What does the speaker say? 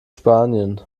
spanien